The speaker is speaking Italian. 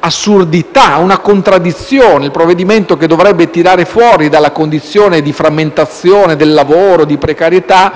un'assurdità e una contraddizione. Il provvedimento che dovrebbe far emergere dalla condizione di frammentazione del lavoro e di precarietà